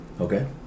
Okay